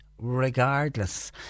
regardless